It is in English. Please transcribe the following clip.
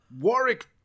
Warwick